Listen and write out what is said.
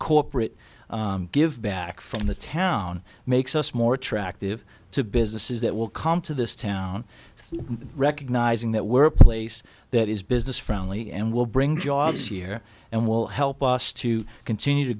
corporate give back from the town makes us more attractive to businesses it will come to this town recognizing that we're place that is business friendly and will bring jobs year and will help us to continue to